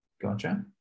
Gotcha